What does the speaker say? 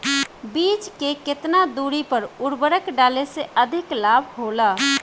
बीज के केतना दूरी पर उर्वरक डाले से अधिक लाभ होला?